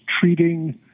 treating